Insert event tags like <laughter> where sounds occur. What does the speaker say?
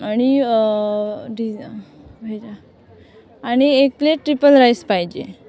आणि डि <unintelligible> आणि एक प्लेट ट्रिपल राईस पाहिजे